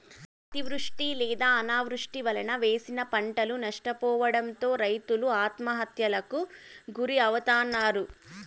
అతివృష్టి లేదా అనావృష్టి వలన వేసిన పంటలు నష్టపోవడంతో రైతులు ఆత్మహత్యలకు గురి అవుతన్నారు